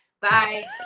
Bye